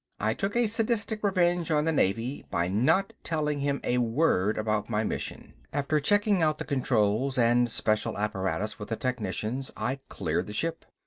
i took a sadistic revenge on the navy by not telling him a word about my mission. after checking out the controls and special apparatus with the technicians, i cleared the ship.